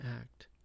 act